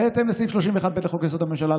בהתאם לסעיף 31(ב) לחוק-יסוד: הממשלה,